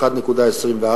1.24,